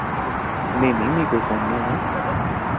नेईं नेईं मि कोई फोन नेईं आया